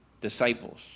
disciples